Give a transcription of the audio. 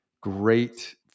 great